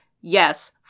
yes